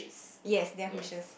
yes